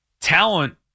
Talent